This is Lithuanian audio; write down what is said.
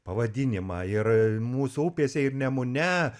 pavadinimą ir mūsų upėse ir nemune